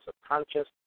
subconscious